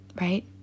right